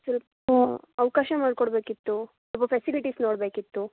ಸ್ವಲ್ಪ ಅವಕಾಶ ಮಾಡಿಕೊಡ್ಬೇಕಿತ್ತು ಸ್ವಲ್ಪ ಫೆಸಿಲಿಟೀಸ್ ನೋಡಬೇಕಿತ್ತು